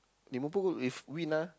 Liverpool if win ah